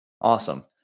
Awesome